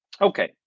okay